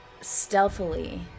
stealthily